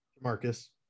Marcus